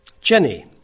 Jenny